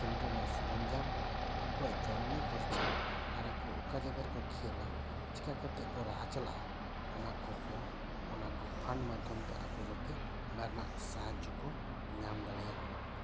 ᱠᱷᱮᱞᱳᱰ ᱨᱮᱱᱟᱜ ᱥᱚᱨᱚᱧᱡᱟᱢ ᱟᱠᱚᱣᱟᱜ ᱡᱚᱢᱼᱧᱩ ᱠᱷᱚᱨᱪᱟ ᱟᱨ ᱟᱠᱚ ᱚᱠᱟ ᱡᱟᱭᱜᱟ ᱨᱮᱠᱚ ᱠᱷᱮᱞᱟ ᱪᱮᱠᱟ ᱠᱟᱛᱮᱫ ᱠᱚ ᱞᱟᱦᱟ ᱪᱟᱞᱟᱜᱼᱟ ᱚᱱᱟ ᱠᱚᱦᱚᱸ ᱚᱱᱟ ᱠᱚ ᱯᱷᱟᱱᱰ ᱢᱟᱫᱽᱫᱷᱚᱢ ᱛᱮ ᱟᱠᱚ ᱡᱟᱛᱮ ᱚᱱᱟ ᱨᱮᱱᱟᱜ ᱥᱟᱦᱟᱡᱽᱡᱳ ᱠᱚ ᱧᱟᱢ ᱫᱟᱲᱮᱭᱟᱜᱼᱢᱟ